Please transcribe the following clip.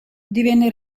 divenne